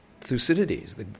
Thucydides